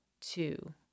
two